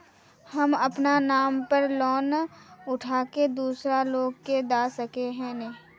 हम अपना नाम पर लोन उठा के दूसरा लोग के दा सके है ने